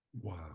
Wow